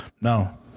no